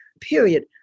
period